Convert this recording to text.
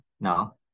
now